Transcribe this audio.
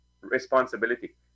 responsibility